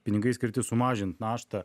pinigai skirti sumažint naštą